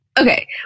okay